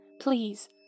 Please